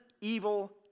evil